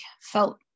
felt